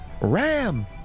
Ram